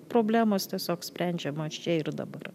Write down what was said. problemos tiesiog sprendžiamos čia ir dabar